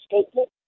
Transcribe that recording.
statement